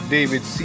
David